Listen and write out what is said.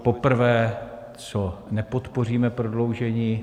Poprvé, co nepodpoříme prodloužení.